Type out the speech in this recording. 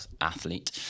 athlete